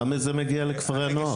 כמה מזה מגיע לכפרי הנוער.